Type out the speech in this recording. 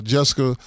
Jessica